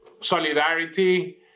solidarity